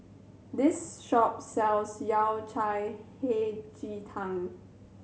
this shop sells Yao Cai Hei Ji Tang